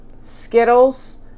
Skittles